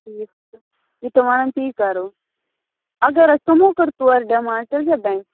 ٹھیٖک چھُ یہِ تِم وَنن تی کرو اَگر حظ تِمو کٔر تورٕ ڈِمانڈ تیٚلہِ کیاہ بَنہِ